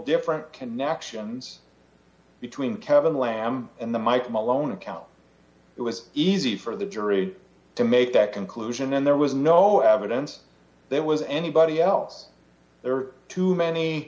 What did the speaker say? different connections between kevin lamb and the mike malone account it was easy for the jury to make that conclusion then there was no evidence there was anybody else there are too many